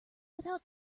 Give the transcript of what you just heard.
without